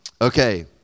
Okay